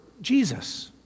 Jesus